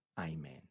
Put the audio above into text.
Amen